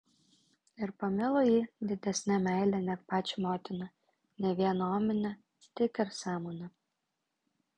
ir pamilo jį didesne meile neg pačią motiną ne viena omine tik ir sąmone